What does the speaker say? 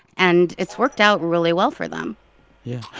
and it's worked out really well for them yeah,